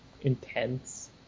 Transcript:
intense